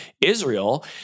Israel